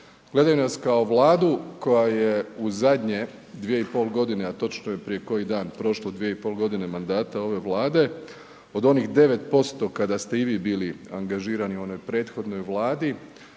gledaju nas kao Vladu koja je u zadnje 2,5 godine a točno je prije koji dan prošlo 2,5 godine mandata ove Vlade, od onih 9% kada ste i vi bili angažirani u onoj prethodnoj Vladi